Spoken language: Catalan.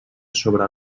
sobre